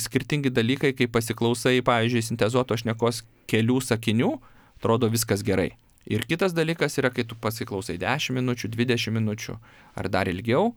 skirtingi dalykai kai pasiklausai pavyzdžiui sintezuotos šnekos kelių sakinių atrodo viskas gerai ir kitas dalykas yra kai tu pasiklausai dešim minučių dvidešim minučių ar dar ilgiau